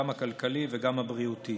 גם הכלכלי וגם הבריאותי.